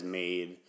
made